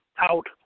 out